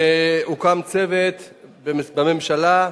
הוקם צוות בממשלה,